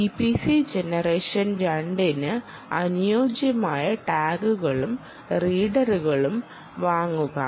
EPC gen 2 ന് അനുയോജ്യമായ ടാഗുകളും റീഡറുകളും വാങ്ങുക